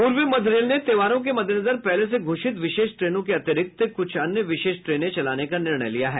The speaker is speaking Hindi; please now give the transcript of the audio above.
पूर्व मध्य रेल ने त्यौहारों के मद्देनजर पहले से घोषित विशेष ट्रेनों के अतिरिक्त कुछ अन्य विशेष ट्रेनें चलाने का निर्णय लिया है